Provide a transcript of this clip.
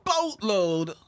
boatload